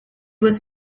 was